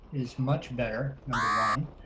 is much better. number one.